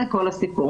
זה כל הסיפור.